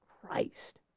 Christ